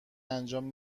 انجام